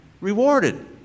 rewarded